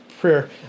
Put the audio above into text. prayer